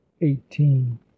eighteen